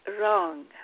wrong